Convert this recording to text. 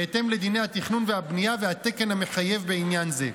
בהתאם לדיני התכנון והבנייה והתקן המחייב בעניין זה.